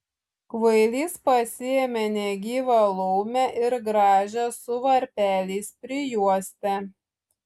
kvailys pasiėmė negyvą laumę ir gražią su varpeliais prijuostę